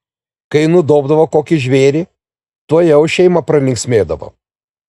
kai nudobdavo kokį žvėrį tuojau šeima pralinksmėdavo